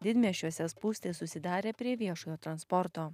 didmiesčiuose spūstys susidarė prie viešojo transporto